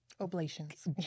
oblations